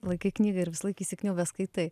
laikai knygą ir visąlaik įsikniaubęs skaitai